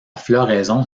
floraison